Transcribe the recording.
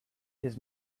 his